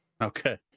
Okay